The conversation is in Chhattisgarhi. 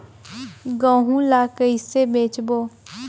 गहूं ला कइसे बेचबो?